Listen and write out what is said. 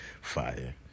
Fire